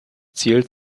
ziel